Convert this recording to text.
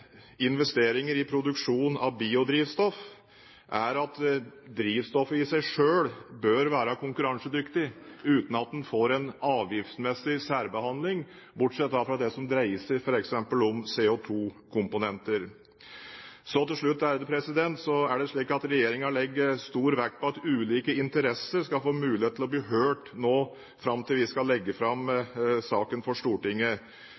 investeringer i produksjon av biodrivstoff, er at drivstoff i seg selv bør være konkurransedyktig uten at en får en avgiftsmessig særbehandling, bortsett fra det som dreier seg f.eks. om CO2-komponenter. Så til slutt: Det er slik at regjeringen legger stor vekt på at ulike interesser skal få mulighet til å bli hørt nå fram til vi skal legge fram saken for Stortinget.